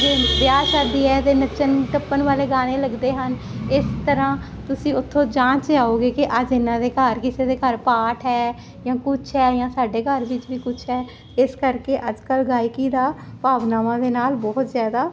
ਵਿਆਹ ਸ਼ਾਦੀ ਹੈ ਤੇ ਨੱਚਣ ਕੱਪਣ ਵਾਲੇ ਗਾਣੇ ਲੱਗਦੇ ਹਨ ਇਸ ਤਰਾਂ ਤੁਸੀਂ ਉਥੋਂ ਜਾਂਚ ਆਓਗੇ ਕਿ ਅੱਜ ਇਹਨਾਂ ਦੇ ਘਰ ਕਿਸੇ ਦੇ ਘਰ ਪਾਠ ਹੈ ਜਾਂ ਕੁਛ ਹੈ ਜਾਂ ਸਾਡੇ ਘਰ ਵਿੱਚ ਵੀ ਕੁਛ ਹੈ ਇਸ ਕਰਕੇ ਅੱਜ ਕੱਲ ਗਾਇਕੀ ਦਾ ਭਾਵਨਾਵਾਂ ਦੇ ਨਾਲ ਬਹੁਤ ਜਿਆਦਾ